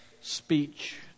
speech